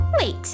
Wait